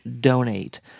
donate